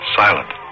silent